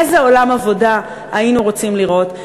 איזה עולם עבודה היינו רוצים לראות,